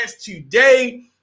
today